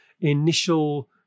initial